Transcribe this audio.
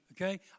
Okay